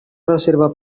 reserva